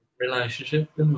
relationship